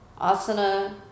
asana